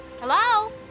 Hello